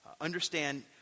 understand